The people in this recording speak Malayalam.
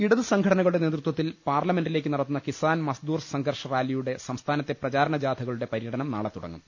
ഇടത് സംഘടനകളുടെ നേതൃത്വത്തിൽ പാർല മെന്റിലേക്ക് നടത്തുന്ന കിസാൻ മസ്ദൂർ സംഘർഷ് റാലിയുടെ സംസ്ഥാനത്തെ പ്രചാരണ ജാഥകളുടെ പരൃടനം നാളെ തുടങ്ങും